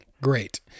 great